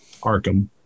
Arkham